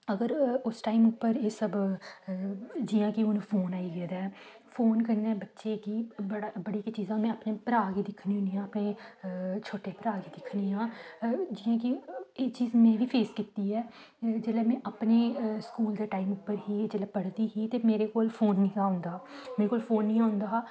अगर उस टाइम उप्पर एह् सब जि'यां कि हून फोन आई गेदा ऐ फोन कन्नै बच्चे गी बड़ा बड़ी गै चीजां गै में अपने भ्राऽ गी दिक्खनी होन्नी आं ते छोटे भ्राऽ गी दिक्खनी आं जि'यां कि एह् चीज में बी फेस कीती ऐ जेल्लै में अपने स्कूल दे टाइम उप्पर ही जिल्लै में पढ़दी ही मेरे कोल फोन नेईं हा होंदा मेरे कोल फोन निं होंदा हा